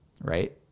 Right